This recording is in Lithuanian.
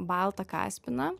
baltą kaspiną